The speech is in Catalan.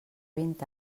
vint